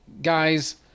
Guys